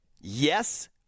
yes